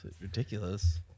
Ridiculous